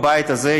בבית הזה,